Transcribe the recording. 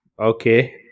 Okay